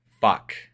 Fuck